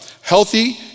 Healthy